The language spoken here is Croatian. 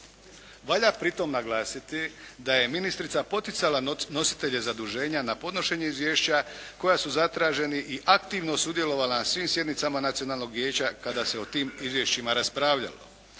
Valja pritom naglasiti da je ministrica poticala nositelje zaduženja na podnošenje izvješća koja su zatraženi i aktivno sudjelovala na svim sjednicama nacionalnog vijeća kada se o tim izvješćima raspravljalo.